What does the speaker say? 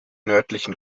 nördlichen